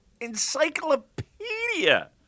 Encyclopedia